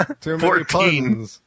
Fourteen